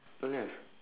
don't have